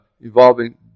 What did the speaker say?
involving